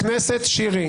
חבר הכנסת שירי.